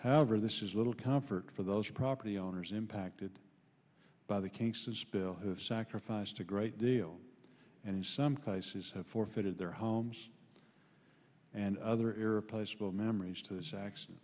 however this is little comfort for those property owners impacted by the king well have sacrificed a great deal and in some cases have forfeited their homes and other irreplaceable memories to this ac